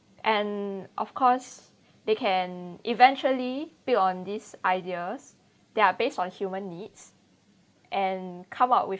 and of course they can eventually build on these ideas they are based on human needs and come up with